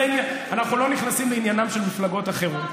אנחנו לא נכנסים לעניינן של מפלגות אחרות.